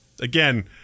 again